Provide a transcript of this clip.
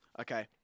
Okay